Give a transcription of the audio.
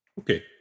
Okay